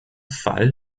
fall